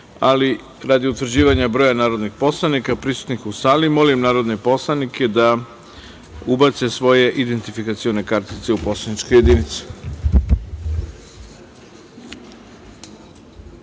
poslanika. Radi utvrđivanja broja narodnih poslanika prisutnih sali, molim narodne poslanike da ubace svoje identifikacione kartice u poslaničke